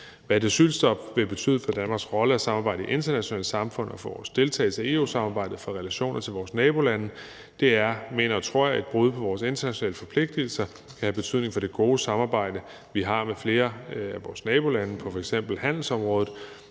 Hvad vil et asylstop betyde for Danmarks rolle og samarbejde i internationale samfund og for vores deltagelse i EU-samarbejdet og for relationerne til vores nabolande? Jeg mener og tror, at det er et brud på vores internationale forpligtelser og kan have betydning for det gode samarbejde, som vi har med flere af vores nabolande på f.eks. handelsområdet.